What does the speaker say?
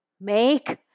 Make